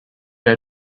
her